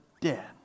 dead